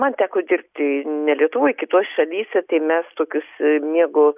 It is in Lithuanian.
man teko dirbti ne lietuvoj kitoj šalyse mes tokius miego